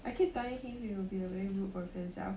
I keep telling him you will be a very good boyfriend sia